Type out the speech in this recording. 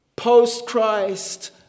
Post-Christ